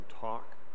talk